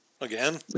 Again